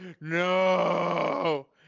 No